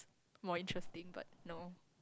more interesting but no